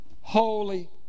holy